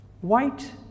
white